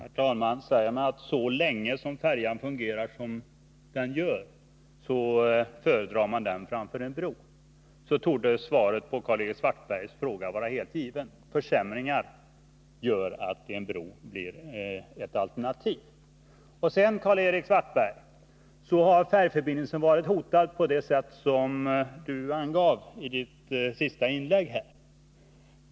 Herr talman! Säger man ”så länge som färjan fungerar som den gör, så föredrar man den framför en bro”, torde svaret på Karl-Erik Svartbergs fråga vara helt givet. Försämringar gör att en bro blir ett alternativ. Sedan har färjeförbindelsen varit hotad på det sätt som Karl-Erik Svartberg angav i sitt senaste inlägg.